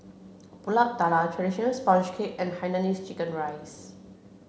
Pulut Tatal traditional sponge cake and Hainanese chicken rice